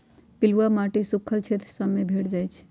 बलुआ माटी सुख्खल क्षेत्र सभ में भेंट जाइ छइ